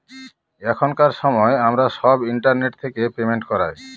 এখনকার সময় আমরা সব ইন্টারনেট থেকে পেমেন্ট করায়